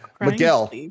Miguel